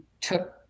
took